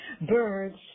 birds